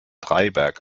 dreiberg